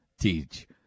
Teach